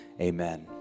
amen